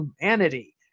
humanity